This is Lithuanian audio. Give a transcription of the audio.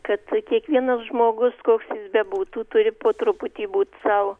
kad kiekvienas žmogus koks jis bebūtų turi po truputį būt sau